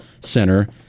Center